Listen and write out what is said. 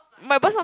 my boss not